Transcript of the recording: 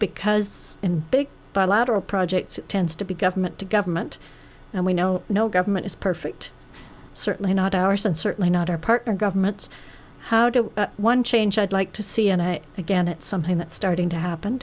because in big bilateral projects tends to be government to government and we know no government is perfect certainly not ours and certainly not our partner governments how do one change i'd like to c n a again it's something that's starting to happen